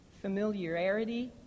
familiarity